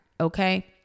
okay